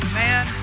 man